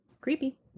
Creepy